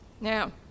Now